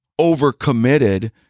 overcommitted